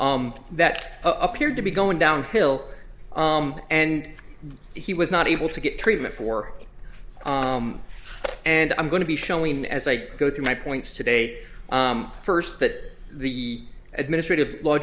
that appeared to be going downhill and he was not able to get treatment for it and i'm going to be showing as i go through my points today first that the administrative law